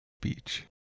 Beach